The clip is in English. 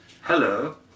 Hello